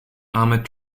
armoured